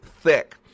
thick